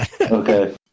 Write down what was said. Okay